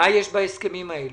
מה יש בהסכמים האלה?